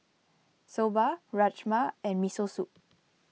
Soba Rajma and Miso Soup